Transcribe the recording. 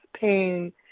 pain